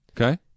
Okay